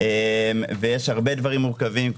ויש הרבה נושאים מורכבים,